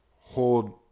hold